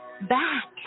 back